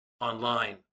online